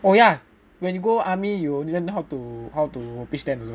oh yeah when you go army you will learn how to how to pitch tent also